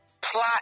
plot